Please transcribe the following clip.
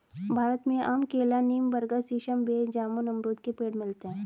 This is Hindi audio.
भारत में आम केला नीम बरगद सीसम बेर जामुन अमरुद के पेड़ मिलते है